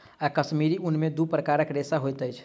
कश्मीरी ऊन में दू प्रकारक रेशा होइत अछि